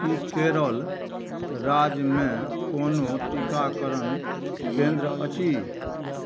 कि केरल राज्यमे कोनो टीकाकरण केन्द्र अछि